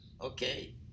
Okay